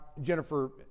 Jennifer